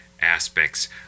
aspects